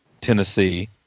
Tennessee